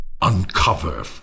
Uncover